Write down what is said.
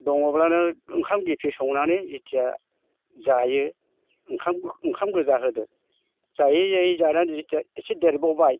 दङब्लानो ओंखाम गेफे संनानै जेथिया जायो ओंखाम ओंखाम गोजा होदो जायै जायै जानानै जेथिया एसे देरबावबाय